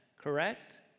correct